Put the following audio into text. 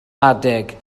adeg